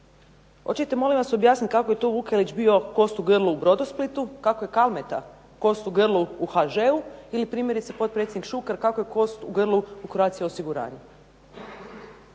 li to molim vas objasniti kako je to Vukelić bio kost u grlu u Brodosplitu, kako je Kalmeta kost u grlu u HŽ-u ili primjerice potpredsjednik Šuker kako je kost u grlu Croatia osiguranju.